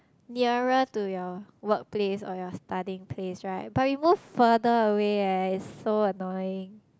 nearer to your workplace or your studying place right but we move further away eh it's so annoying